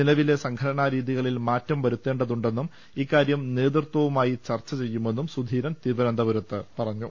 നിലവിലെ സംഘടനാ രീതികളിൽ മാറ്റം വരുത്തേണ്ടതുണ്ടെന്നും ഇക്കാര്യം നേതൃത്വവുമായി ചർച്ച ചെയ്യുമെന്നും സുധീരൻ തിരുവനന്തപുരത്ത് പറഞ്ഞു